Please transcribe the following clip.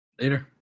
later